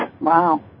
Wow